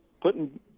putting